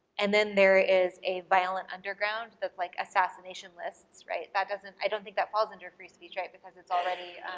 and then there is a violent underground that's, like, assassination lists, right. that doesn't, i don't think that falls under free speech, right, because it's already.